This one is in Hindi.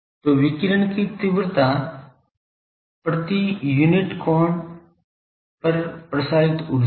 तो विकिरण की तीव्रता प्रति यूनिट ठोस कोण पर प्रसारित ऊर्जा है